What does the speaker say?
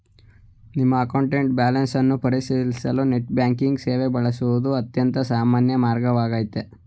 ನಿಮ್ಮ account balance ಅನ್ನ ಪರಿಶೀಲಿಸಲು ನೆಟ್ ಬ್ಯಾಂಕಿಂಗ್ ಸೇವೆ ಬಳಸುವುದು ಅತ್ಯಂತ ಸಾಮಾನ್ಯ ಮಾರ್ಗವಾಗೈತೆ